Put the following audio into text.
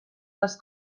les